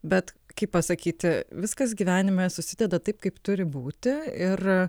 bet kaip pasakyti viskas gyvenime susideda taip kaip turi būti ir